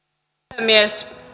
puhemies